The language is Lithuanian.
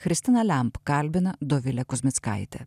christiną lemp kalbina dovilė kuzmickaitė